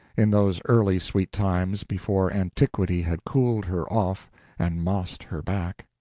in those early sweet times before antiquity had cooled her off and mossed her back.